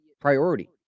priority